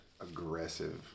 aggressive